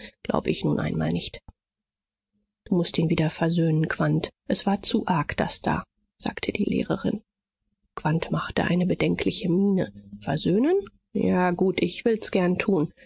glaub ich nun einmal nicht du mußt ihn wieder versöhnen quandt es war zu arg das da sagte die lehrerin quandt machte eine bedenkliche miene versöhnen ja gut ich will's gern tun